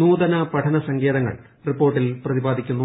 നൂതന പഠന സങ്കേതങ്ങൾ റിപ്പോർട്ടിൽ പ്രതിപാദിക്കുന്നു